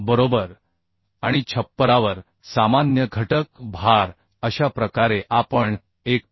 बरोबर आणि छप्परावर सामान्य घटक भार अशा प्रकारे आपण 1